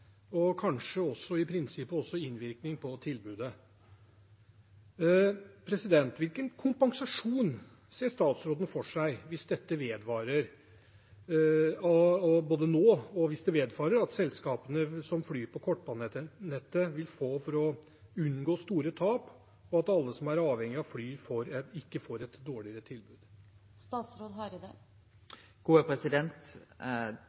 og i prinsippet kanskje også på tilbudet. Hvilken kompensasjon ser statsråden for seg – både nå og hvis dette vedvarer – at selskapene som flyr på kortbanenettet vil få, for å unngå store tap, og for at alle som er avhengige av å fly, ikke får et dårligere